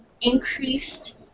increased